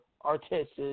artists